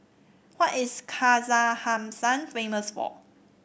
what is Kazakhstan famous for